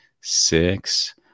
six